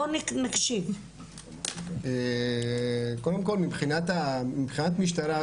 קודם כל מבחינת משטרה,